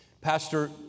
Pastor